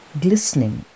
glistening